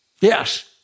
Yes